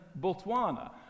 Botswana